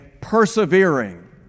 persevering